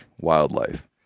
wildlife